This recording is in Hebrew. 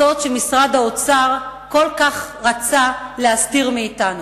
הסוד שמשרד האוצר כל כך רצה להסתיר מאתנו,